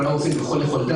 וכולנו עושים ככל יכולתנו,